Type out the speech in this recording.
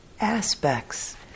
aspects